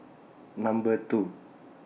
Number two